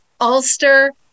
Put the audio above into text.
Ulster